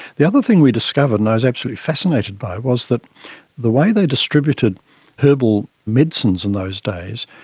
the other thing we discovered and i was absolutely fascinated by, was that the way they distributed herbal medicines in those days,